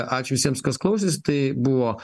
ačiū visiems kas klausėsi tai buvo